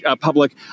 public